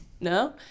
no